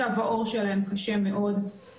מצב העור שלהם קשה מאוד,